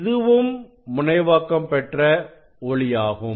இதுவும் முனைவாக்கம் பெற்ற ஒளியாகும்